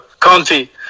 County